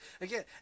Again